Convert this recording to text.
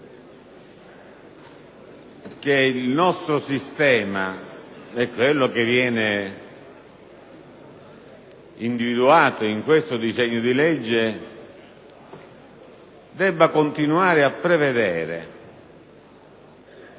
che il nostro sistema, come venga individuato in questo disegno di legge, debba continuare a prevedere